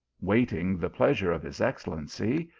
waiting the pleasure of his excellency,